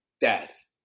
death